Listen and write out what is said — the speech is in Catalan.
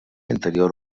interior